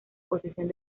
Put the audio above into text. posesión